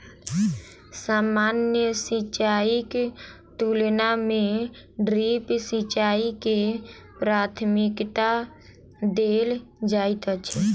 सामान्य सिंचाईक तुलना मे ड्रिप सिंचाई के प्राथमिकता देल जाइत अछि